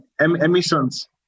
emissions